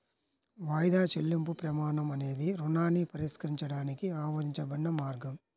వాయిదా చెల్లింపు ప్రమాణం అనేది రుణాన్ని పరిష్కరించడానికి ఆమోదించబడిన మార్గం